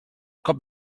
cop